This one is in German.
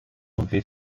wie